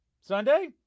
Sunday